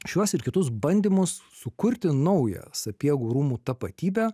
šiuos ir kitus bandymus sukurti naują sapiegų rūmų tapatybę